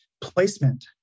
placement